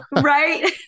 Right